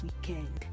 weekend